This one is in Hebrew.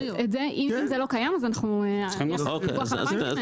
אם זה לא קיים, אז אנחנו, יחד